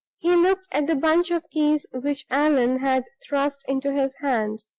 he looked at the bunch of keys which allan had thrust into his hand,